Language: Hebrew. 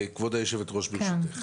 אז כן,